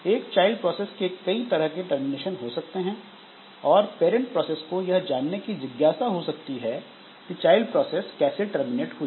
एक child process के कई तरह के टर्मिनेशन हो सकते हैं और पैरंट प्रोसेस को यह जानने की जिज्ञासा हो सकती है कि चाइल्ड प्रोसेस कैसे टर्मिनेट हुई